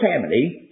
family